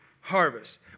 harvest